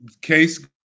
Case